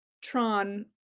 Tron